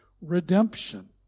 redemption